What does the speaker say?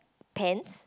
pants